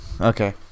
Okay